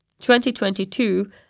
2022